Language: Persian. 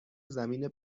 زمین